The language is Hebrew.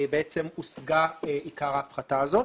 בעצם הושגה עיקר ההפחתה הזאת.